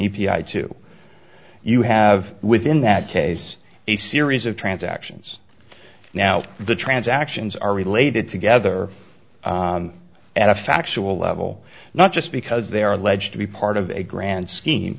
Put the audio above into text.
p i two you have within that case a series of transactions now the transactions are related together and a factual level not just because they are alleged to be part of a grand scheme